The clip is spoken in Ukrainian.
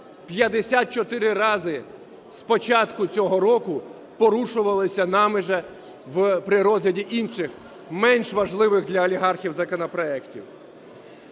54 рази з початку цього року, порушувалися нами ж при розгляді інших менш важливих для олігархів законопроектів.